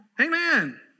Amen